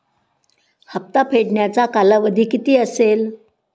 हप्ता फेडण्याचा कालावधी किती असेल?